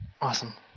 Awesome